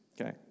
Okay